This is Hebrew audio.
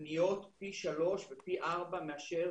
פי שלושה ופי ארבעה פניות מאשר